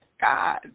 God